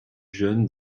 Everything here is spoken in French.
jeune